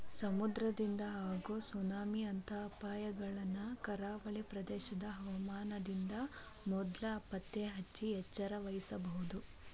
ಸಮುದ್ರದಿಂದ ಆಗೋ ಸುನಾಮಿ ಅಂತ ಅಪಾಯಗಳನ್ನ ಕರಾವಳಿ ಪ್ರದೇಶದ ಹವಾಮಾನದಿಂದ ಮೊದ್ಲ ಪತ್ತೆಹಚ್ಚಿ ಎಚ್ಚರವಹಿಸಬೊದು